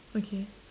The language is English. okay